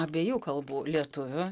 abiejų kalbų lietuvių